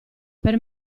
per